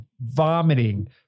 vomiting